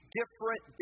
different